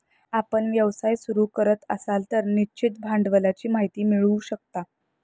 आपण व्यवसाय सुरू करत असाल तर निश्चित भांडवलाची माहिती मिळवू शकता